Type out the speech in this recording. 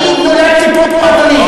אני נולדתי פה, אדוני.